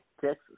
Texas